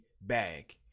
bag